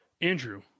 Andrew